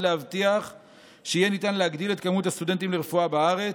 להבטיח שיהיה אפשר להגדיל את מספר הסטודנטים לרפואה בארץ,